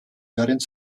während